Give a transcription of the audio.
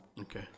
Okay